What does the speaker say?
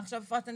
עכשיו אפרת,